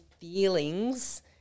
feelings